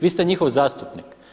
Vi ste njihov zastupnik.